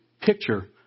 picture